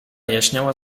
jaśniała